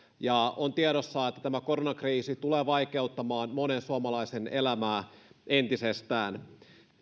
ja on tiedossa että tämä koronakriisi tulee vaikeuttamaan monen suomalaisen elämää entisestään